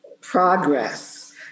progress